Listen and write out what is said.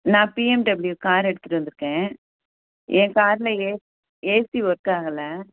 நான் BMW car எடுத்துகிட்டு வந்து இருக்கேன் என் காரில் ஏ ஏசி ஒர்க் ஆகலை